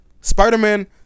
Spider-Man